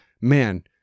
man—